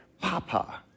Papa